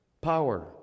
power